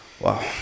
wow